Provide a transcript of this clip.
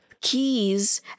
Keys